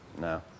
No